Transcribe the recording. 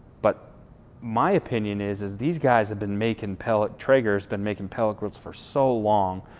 but my opinion is, as these guys have been making pellet, traeger's been making pellet grills for so long.